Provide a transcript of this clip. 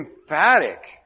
emphatic